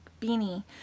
beanie